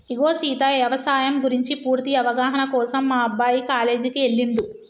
ఇగో సీత యవసాయం గురించి పూర్తి అవగాహన కోసం మా అబ్బాయి కాలేజీకి ఎల్లిండు